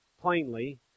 plainly